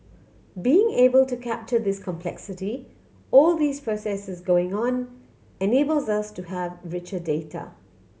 being able to capture this complexity all these processes going on enables us to have richer data